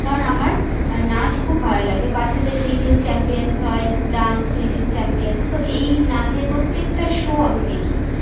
কারণ আমার নাচ খুব ভালো লাগে বাচ্চাদের লিটিল চ্যাম্পিয়নস হয় ডান্স লিটিল চ্যাম্পিয়নস তো এই নাচের প্রত্যেকটা শো আমি দেখি